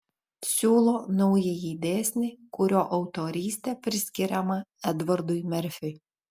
siūlo naująjį dėsnį kurio autorystė priskiriama edvardui merfiui